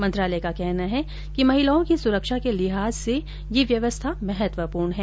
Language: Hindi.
मंत्रालय का कहना है कि महिलाओं की सुरक्षा के लिहाज से यह व्यवस्था महत्वपूर्ण है